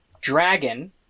dragon